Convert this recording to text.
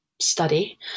study